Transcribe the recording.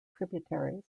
tributaries